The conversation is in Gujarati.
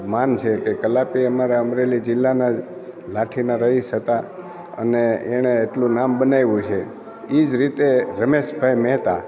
માન છે કે કલાપી અમારા અમરેલી જીલ્લાના લાઠીના રહીશ હતા અને એણે એટલું નામ બનાવ્યું છે એ જ રીતે રમેશભાઈ મહેતા